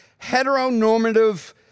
heteronormative